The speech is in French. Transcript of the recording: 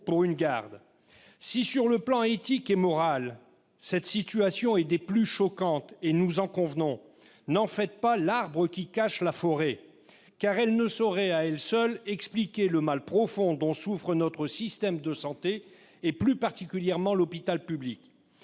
Si, sur le plan éthique et moral, cette situation est des plus choquante, nous en convenons, n'en faites pas l'arbre qui cache la forêt, car elle ne saurait, à elle seule, expliquer le mal profond dont souffre notre système de santé, plus particulièrement l'hôpital public.